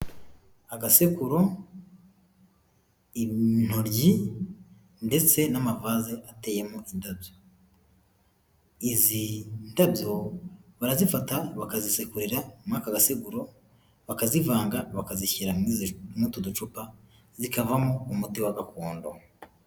Agasekuru, intoryi ndetse n'amavaze ateyemo indabyo, izi ndabyo barazifata bakazisekurira muri aka gasekuru, bakazivanga bakazishyira muri utu ducupa zikavamo umuti wa gakondo.